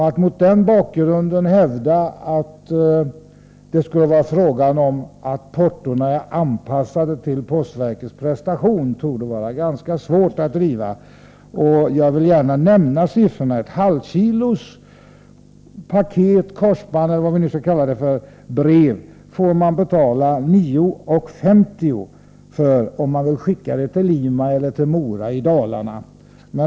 Att mot den bakgrunden hävda att portona är anpassade till postverkets prestation torde vara ganska svårt. Jag vill gärna nämna siffrorna. För ett brev eller paket som väger ett halvt kilo får man betala 9:50 kr. om man vill skicka det till Lima eller Mora i Dalarna.